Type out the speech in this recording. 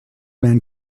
man